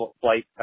Flight